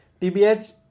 TBH